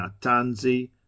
Natanzi